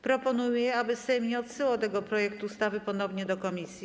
Proponuję, aby Sejm nie odsyłał tego projektu ustawy ponownie do komisji.